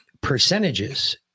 percentages